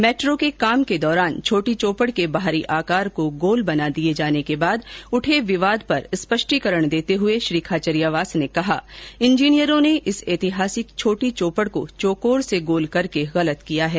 metro के काम के दौरान छोटी चौपड़ के बाहरी आकार को गोल बना दिए जाने के बाद उठे विरोध पर स्पष्टीकरण देते हुए श्री खांचरियावास ने कहा कि इंजीनियरों ने इस ऐतिहासिक छोटी चौपड़ को चौकोर से गोल करके गलत किया है